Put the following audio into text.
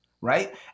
right